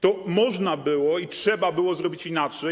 To można było i trzeba było zrobić inaczej.